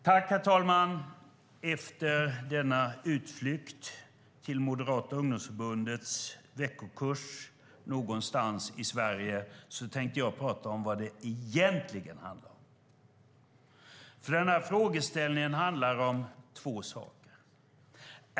Herr talman! Efter denna utflykt till Moderata ungdomsförbundets veckokurs någonstans i Sverige tänkte jag prata om vad det egentligen handlar om. Den här frågan handlar om två saker.